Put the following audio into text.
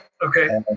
Okay